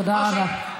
תודה רבה.